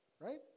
right